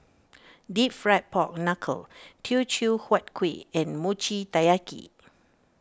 Deep Fried Pork Knuckle Teochew Huat Kuih and Mochi Taiyaki